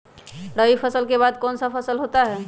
रवि फसल के बाद कौन सा फसल होता है?